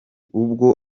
ubwo